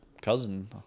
cousin